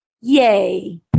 Yay